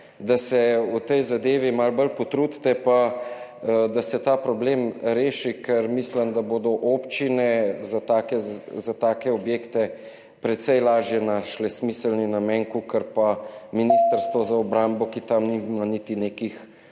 da se v tej zadevi malo bolj potrudite in da se ta problem reši, ker mislim, da bodo občine za take objekte precej lažje našle smiselni namen, kakor pa Ministrstvo za obrambo, ki tam nima niti nekih